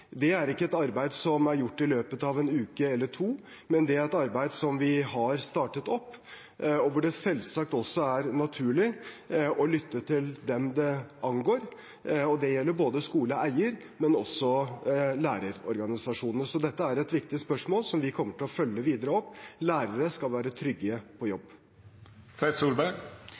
Det er ikke et arbeid som er gjort i løpet av en uke eller to, men det er arbeid som vi har startet opp, hvor det selvsagt også er naturlig å lytte til dem det angår. Det gjelder både skoleeiere og lærerorganisasjonene. Så dette er et viktig spørsmål som vi kommer til å følge videre opp. Lærere skal være trygge på